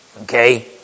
Okay